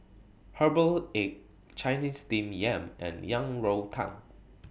Herbal Egg Chinese Steamed Yam and Yang Rou Tang